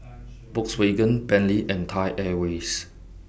Volkswagen Bentley and Thai Airways